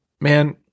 Man